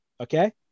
Okay